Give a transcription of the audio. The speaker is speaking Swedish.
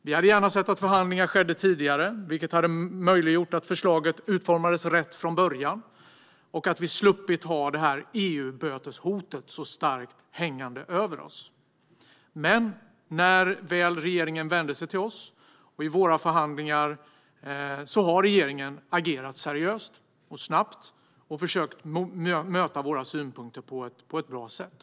Vi hade gärna sett att förhandlingar hade skett tidigare, vilket hade möjliggjort att förslaget utformades rätt från början och att vi sluppit ha detta hot om böter från EU så starkt hängande över oss. Men i våra förhandlingar, när regeringen väl vände sig till oss, har regeringen agerat seriöst och snabbt och försökt möta våra synpunkter på ett bra sätt.